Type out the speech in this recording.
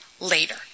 later